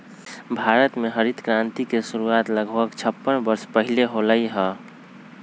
भारत में हरित क्रांति के शुरुआत लगभग छप्पन वर्ष पहीले होलय हल